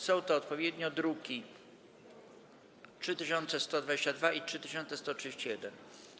Są to odpowiednio druki nr 3122 i 3131.